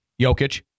Jokic